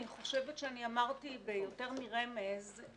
אני חושבת שאמרתי ביותר מרמז,